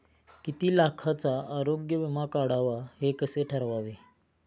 किती लाखाचा आरोग्य विमा काढावा हे कसे ठरवावे?